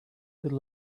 could